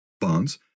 bonds